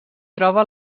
troba